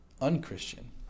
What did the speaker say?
unchristian